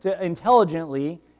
intelligently